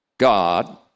God